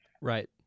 Right